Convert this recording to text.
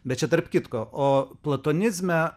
bet čia tarp kitko o platonizme